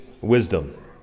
wisdom